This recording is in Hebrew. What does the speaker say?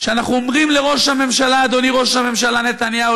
שאנחנו אומרים לראש הממשלה: אדוני ראש הממשלה נתניהו,